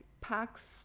packs